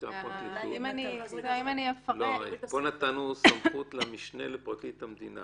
אבל פה נתנו סמכות למשנה לפרקליט המדינה